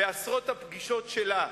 בעשרות הפגישות שלה,